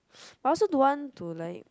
I also don't want to like